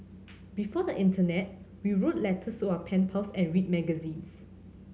before the internet we wrote letters to our pen pals and read magazines